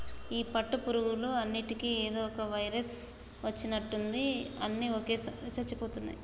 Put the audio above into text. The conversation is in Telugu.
ఈ పట్టు పురుగులు అన్నిటికీ ఏదో వైరస్ వచ్చినట్టుంది అన్ని ఒకేసారిగా చచ్చిపోతున్నాయి